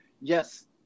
yes